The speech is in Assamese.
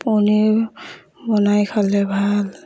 পনীৰ বনাই খালে ভাল